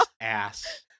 ass